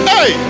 Hey